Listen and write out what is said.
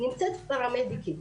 נמצאת פרמדיקית,